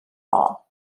all